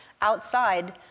outside